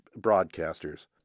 broadcasters